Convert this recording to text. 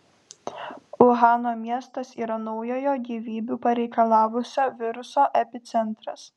uhano miestas yra naujojo gyvybių pareikalavusio viruso epicentras